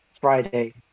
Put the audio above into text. Friday